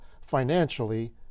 financially